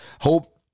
Hope